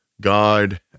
God